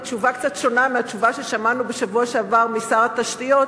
היא תשובה קצת שונה מהתשובה ששמענו בשבוע שעבר משר התשתיות,